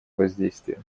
воздействие